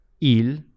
Il